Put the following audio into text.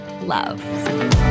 love